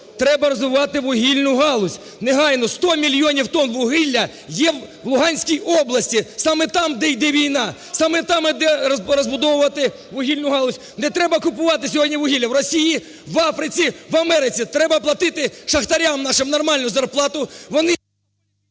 треба розвивати вугільну галузь. Негайно 100 мільйонів тонн вугілля є в Луганській області, саме там, де йде війна, саме там… розбудовувати вугільну галузь. Не треба купувати сьогодні вугілля в Росії, в Африці, в Америці. Треба платити шахтарям нашим нормальну зарплату,